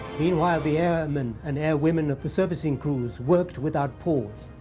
meanwhile the airmen and airwomen of the servicing crews worked without pause,